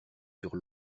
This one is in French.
sur